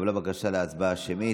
התקבלה בקשה להצבעה שמית.